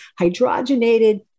hydrogenated